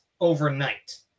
Overnight